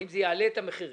האם זה יעלה את המחירים?